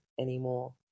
anymore